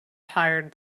tired